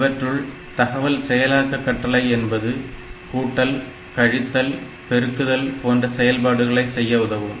இவற்றுள் தகவல் செயலாக்க கட்டளை என்பது கூட்டல் கழித்தல் பெருக்குதல் போன்ற செயல்பாடுகளை செய்ய உதவும்